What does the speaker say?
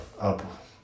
up